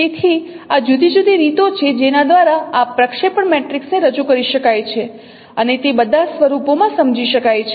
તેથી આ જુદી જુદી રીતો છે જેના દ્વારા આ પ્રક્ષેપણ મેટ્રિક્સ ને રજૂ કરી શકાય છે અને તે બધા સ્વરૂપોમાં સમજી શકાય છે